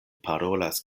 parolas